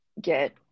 get